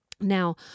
Now